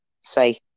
say